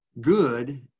good